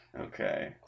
Okay